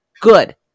good